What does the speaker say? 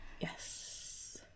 Yes